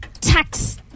tax